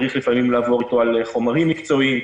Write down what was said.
צריך לפעמים לעבור איתו על חומרים מקצועיים,